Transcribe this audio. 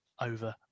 over